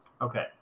Okay